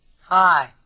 Hi